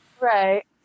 Right